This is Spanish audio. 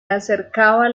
acercaba